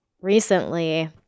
recently